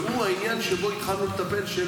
והוא העניין שבו התחלנו לטפל,